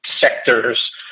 sectors